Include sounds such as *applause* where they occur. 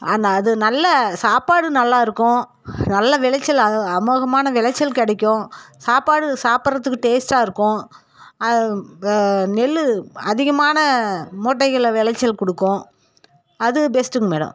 ஆனால் அது நல்ல சாப்பாடு நல்லா இருக்கும் நல்ல விளைச்சல் அமோகமான விளைச்சல் கிடைக்கும் சாப்பாடு சாப்பிட்றத்துக்கு டேஸ்ட்டாக இருக்கும் அது *unintelligible* நெல்லு அதிகமான மூட்டைகளை விளைச்சல் கொடுக்கும் அது பெஸ்ட்டுங்க மேடம்